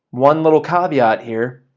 one little caveat here,